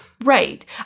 right